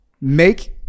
Make